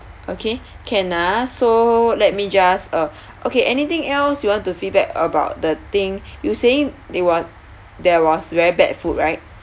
okay can ah so let me just uh okay anything else you want to feedback about the thing you saying there wa~ there was very bad food right